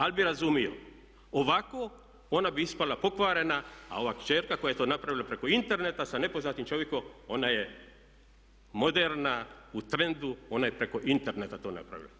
Ovako ona bi ispala pokvarena, a ova kćerka koja je to napravila preko interneta sa nepoznatim čovjekom ona je moderna, u trendu, ona je preko interneta to napravila.